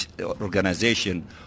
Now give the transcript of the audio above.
Organization